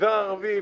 במגזר הערבי,